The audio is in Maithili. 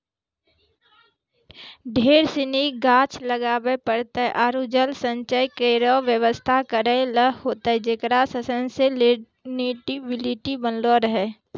ढेर सिनी गाछ लगाबे पड़तै आरु जल संचय केरो व्यवस्था करै ल होतै जेकरा सें सस्टेनेबिलिटी बनलो रहे